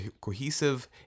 cohesive